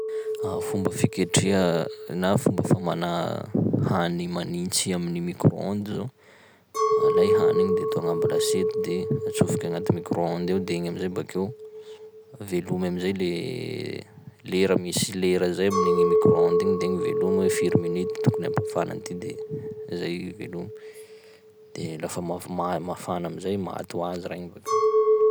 Fomba fiketreha na fomba famana hany manintsy amin'ny micro-ondes zao, alay hany igny de atao agnambo lasiety de atsofoky agnaty micro-ondes ao de igny am'zay bakeo velomy am'zay le lera, misy lera zay amin'igny micro-ondes igny de igny velomy hoe firy minute tokony hampafana an'ity de zay velomy, de lafa mafima- mafana am'zay maty ho azy raha igny bakeo.